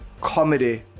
comedy